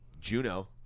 Juno